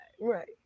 Right